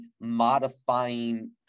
modifying